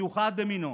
מיוחד במינו.